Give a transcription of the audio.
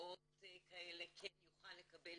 מקצועות כאלה כן יוכל לקבל